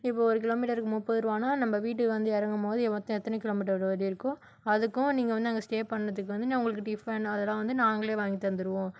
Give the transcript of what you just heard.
இப்போ ஒரு கிலோமீட்டருக்கு முப்பது ரூபானா நம்ம வீட்டுக்கு வந்து இறங்கும்போது மொத்தம் எத்தனை கிலோமீட்டர் ஓடியிருக்கோ அதுக்கும் நீங்கள் வந்து அங்கே ஸ்டே பண்ணதுக்கும் வந்து நான் டிஃபன் அதெல்லாம் நாங்களே வாங்கித் தந்துடுவோம்